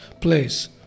place